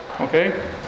Okay